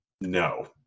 No